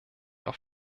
auf